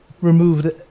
removed